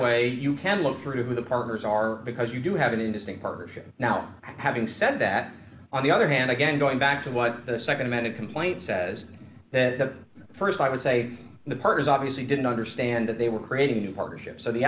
way you can look through the partners are because you do have an interesting partnership now having said that on the other hand again going back to what the nd amended complaint says that st i would say the partners obviously didn't understand that they were creating new partnerships so the